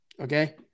okay